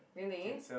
really